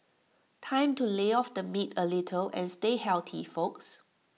time to lay off the meat A little and stay healthy folks